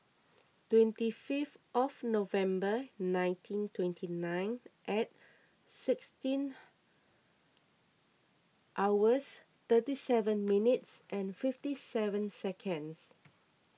twenty fifth of November nineteen twenty nine and sixteen hours thirty seven minutes and fifty seven seconds